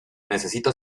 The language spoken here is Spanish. necesito